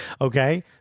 Okay